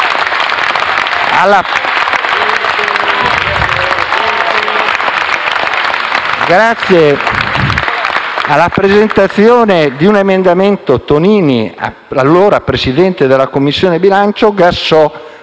Grazie alla presentazione di un emendamento del senatore Tonini, allora Presidente della Commissione bilancio, quella